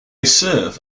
serve